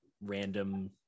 random